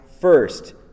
first